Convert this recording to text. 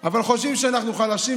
אבל חושבים שאנחנו חלשים,